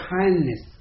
kindness